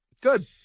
Good